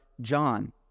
John